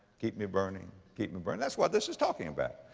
keep me burning, keep me burning? that's what this is talking about.